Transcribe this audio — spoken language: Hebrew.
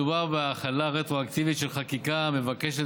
מדובר בהחלה רטרואקטיבית של חקיקה המבקשת